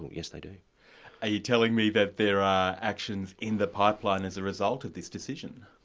yes, they do. are you telling me that there are actions in the pipeline as a result of this decision?